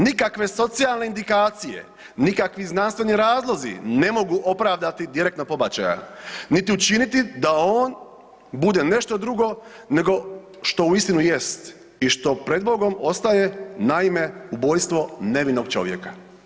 Nikakve socijalne indikacije, nikakvi znanstveni razlozi ne mogu opravdati direktna pobačaja niti učiniti da on bude nešto drugo nego što uistinu jest i što pred bogom ostaje naime ubojstvo nevinog čovjeka.